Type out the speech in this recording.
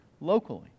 locally